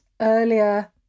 earlier